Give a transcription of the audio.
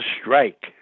strike